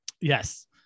Yes